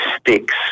sticks